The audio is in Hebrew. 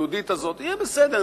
היהודית הזאת: יהיה בסדר,